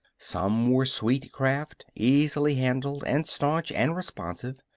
some were sweet craft, easily handled and staunch and responsive.